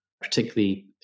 particularly